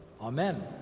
amen